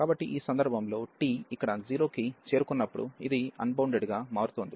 కాబట్టి ఈ సందర్భంలో t ఇక్కడ 0 కి చేరుకున్నప్పుడు ఇది అన్బౌండెడ్ గా మారుతోంది